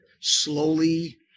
slowly